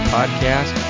Podcast